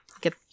Get